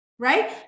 right